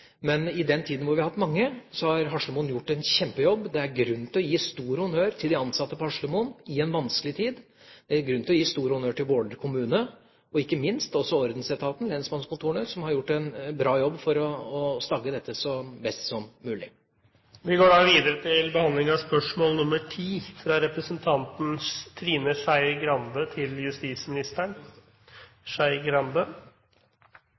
men i den tiden da vi hadde mange, gjorde Haslemoen en kjempejobb. Det er grunn til å gi stor honnør til de ansatte på Haslemoen i en vanskelig tid, og det er grunn til å gi stor honnør til Våler kommune, og ikke minst til ordensetaten, lensmannskontorene, som har gjort en bra jobb for å stagge dette best mulig. Vi går nå til spørsmålene 10 og 11. Jeg har fremmet følgende spørsmål: